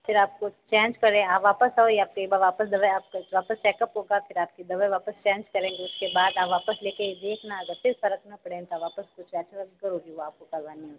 फिर आप को चेंज करें आप वापस आओ या फिर वापस दवाई आपको वापस चेक अप होगा फिर आपके दवाई वापस चेंज करेंगे उसके बाद आप वापस लेके ये देखना अगर फिर फर्क न पड़े वापस कुछ ऐसा वो आपको करवानी होगी